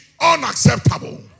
unacceptable